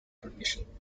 permission